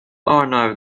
arnav